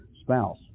spouse